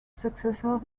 successors